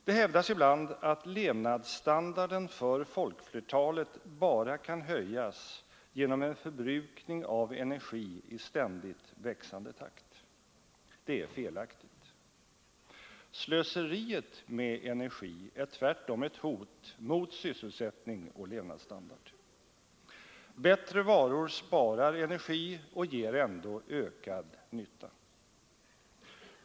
Det hävdas ibland att levnadsstandarden för folkflertalet bara kan höjas genom en förbrukning av energi i ständigt växande takt. Det är felaktigt. Slöseriet med energi är tvärtom ett hot mot sysselsättning och levnadsstandard. Bättre varor sparar energi och ger ändå ökad nytta.